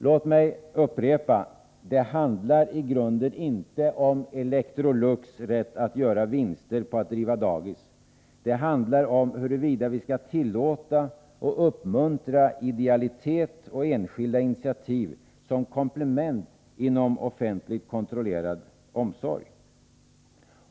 Låt mig upprepa: Det handlar i grunden inte om Electrolux rätt att göra vinster på att driva daghem. Det handlar om huruvida vi skall tillåta och uppmuntra idealitet och enskilda initiativ som komplement inom den offentligt kontrollerade omsorgen.